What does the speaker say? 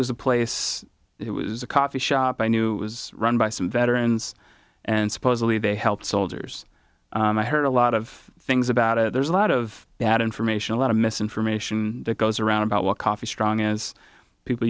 was a place it was a coffee shop i knew it was run by some veterans and supposedly they helped soldiers and i heard a lot of things about it there's a lot of bad information a lot of misinformation that goes around about what coffee strong is people